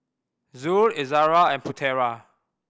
Zul Izara and Putera